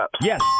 Yes